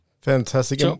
Fantastic